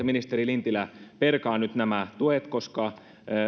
ministeri lintilä perkaa nyt nämä tuet koska